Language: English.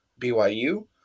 BYU